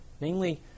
Namely